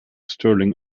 stirling